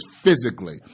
physically